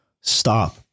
stop